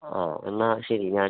ആ എന്നാൽ ശരി ഞാൻ